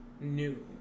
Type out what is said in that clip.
new